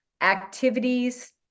activities